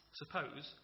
suppose